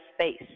space